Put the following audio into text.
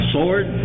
Sword